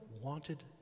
wanted